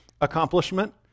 accomplishment